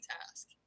task